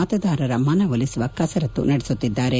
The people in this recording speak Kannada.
ಮತದಾರರ ಮನವೊಲಿಸುವ ಕಸರತ್ತು ನಡೆಸುತ್ತಿದ್ದಾರೆ